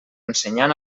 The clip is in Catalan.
ensenyant